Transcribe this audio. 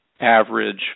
average